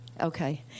Okay